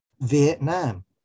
Vietnam